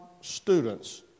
students